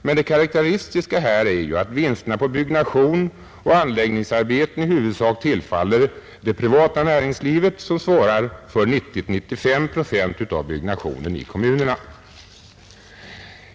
Men det karakteristiska här är ju att vinsterna på byggnation och anläggningsarbeten i huvudsak tillfaller det privata näringslivet, som svarar för 90—95 procent av byggandet i kommunerna.